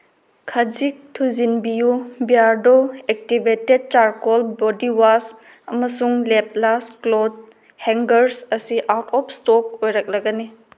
ꯈꯖꯤꯛ ꯊꯨꯖꯤꯟꯕꯤꯌꯨ Beardo activated charcoal body wash ꯑꯃꯁꯨꯡ ꯂꯦꯞꯂꯥꯁ ꯀ꯭ꯂꯣꯠ ꯍꯦꯡꯒꯔꯁ ꯑꯁꯤ ꯑꯥꯎꯠ ꯑꯣꯐ ꯁ꯭ꯇꯣꯛ ꯑꯣꯏꯔꯛꯂꯒꯅꯤ